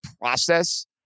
process